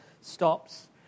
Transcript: stops